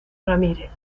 ramírez